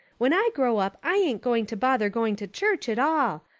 when i grow up i ain't going to bother going to church at all.